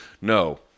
No